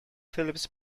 phillips